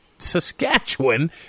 saskatchewan